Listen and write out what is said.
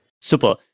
Super